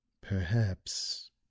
Perhaps